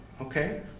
okay